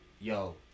Yo